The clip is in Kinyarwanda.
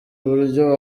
buryo